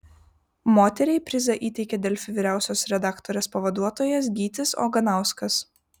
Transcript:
moteriai prizą įteikė delfi vyriausiosios redaktorės pavaduotojas gytis oganauskas